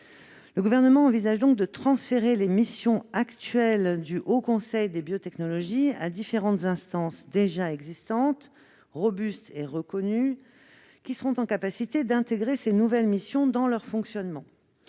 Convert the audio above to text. Le Gouvernement envisage donc de transférer les missions actuelles du Haut Conseil des biotechnologies à différentes instances déjà existantes, robustes et reconnues, qui seront capables d'intégrer ces nouvelles missions dans leur fonctionnement.